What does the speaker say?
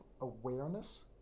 awareness